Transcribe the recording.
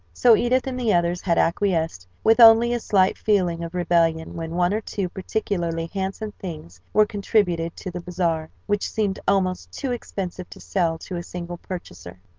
so edith and the others had acquiesced, with only a slight feeling of rebellion when one or two particularly handsome things were contributed to the bazaar, which seemed almost too expensive to sell to a single purchaser.